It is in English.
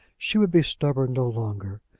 she would be stubborn no longer.